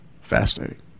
Fascinating